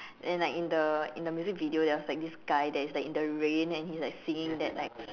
and like in the in the music video there was like this guy that is like in the rain and he's like singing that like